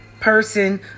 person